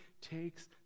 takes